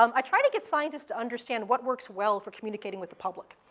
um i try to get scientists to understand what works well for communicating with the public.